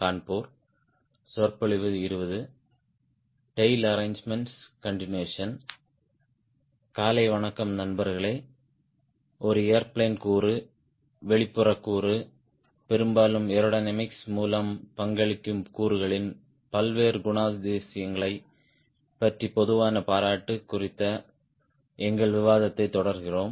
காலை வணக்கம் நண்பர்களே ஒரு ஏர்பிளேன் கூறு வெளிப்புறக் கூறு பெரும்பாலும் ஏரோடையனாமிக்ஸ் மூலம் பங்களிக்கும் கூறுகளின் பல்வேறு குணாதிசயங்களைப் பற்றிய பொதுவான பாராட்டு குறித்த எங்கள் விவாதத்தைத் தொடர்கிறோம்